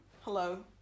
hello